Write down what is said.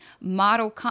model